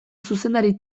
zuzendari